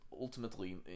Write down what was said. ultimately